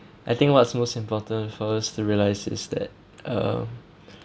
I think what's most important for us to realise is that uh